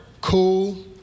cool